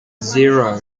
zero